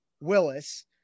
Willis –